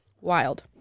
Wild